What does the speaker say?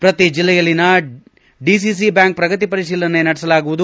ಪ್ರತಿ ಜಲ್ಲೆಯಲ್ಲಿನ ಡಿಡಿಸಿ ಬ್ಲಾಂಕ್ ಪ್ರಗತಿ ಪರಿಶೀಲನೆ ನಡೆಸಲಾಗುವುದು